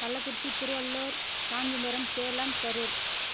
Kallakurichi Thiruvallur Kanchipuram Salem Karur